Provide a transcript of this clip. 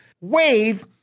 wave